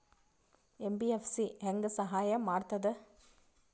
MBFC ಹೆಂಗ್ ಸಹಾಯ ಮಾಡ್ತದ?